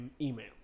email